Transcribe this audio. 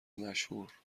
مشهور